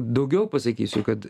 daugiau pasakysiu kad